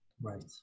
Right